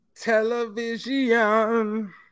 television